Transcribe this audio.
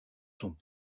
sont